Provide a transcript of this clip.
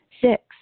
Six